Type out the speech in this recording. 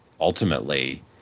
ultimately